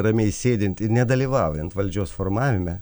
ramiai sėdint ir nedalyvaujant valdžios formavime